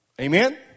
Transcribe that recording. Amen